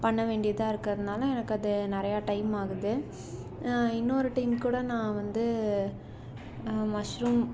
பண்ண வேண்டியதாக இருக்கிறதுனால எனக்கு அது நிறைய டைமாகுது இன்னொரு டைம் கூட நான் வந்து மஷ்ரூம்